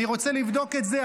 אני רוצה לבדוק את זה.